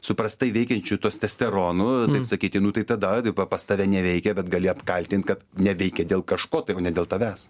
su prastai veikiančiu tostesteronu taip sakyti nu tai tada tai pa pas tave neveikia bet gali apkaltint kad neveikia dėl kažko tai o ne dėl tavęs